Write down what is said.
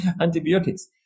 antibiotics